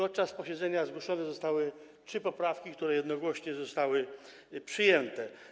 Podczas posiedzenia zgłoszone zostały trzy poprawki, które jednogłośnie zostały przyjęte.